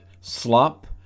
slop